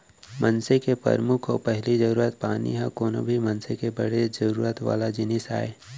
मनसे के परमुख अउ पहिली जरूरत पानी ह कोहूं भी मनसे के बड़े जरूरत वाला जिनिस आय